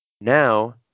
Now